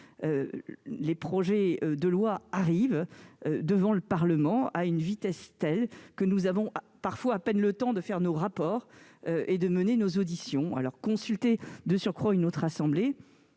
Les projets de loi arrivent devant le Parlement à une vitesse telle que nous avons parfois à peine le temps de rédiger nos rapports et de mener nos auditions. Par conséquent, comment consulter de surcroît une autre assemblée